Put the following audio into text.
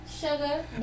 sugar